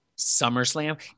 SummerSlam